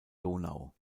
donau